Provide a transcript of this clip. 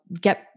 get